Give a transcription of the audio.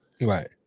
Right